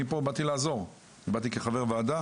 כחבר ועדה